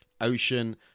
ocean